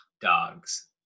dogs